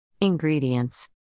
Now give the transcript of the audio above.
Ingredients